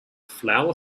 flour